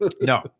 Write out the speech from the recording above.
No